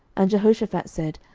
and jehoshaphat said,